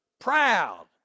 proud